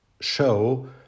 show